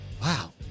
Wow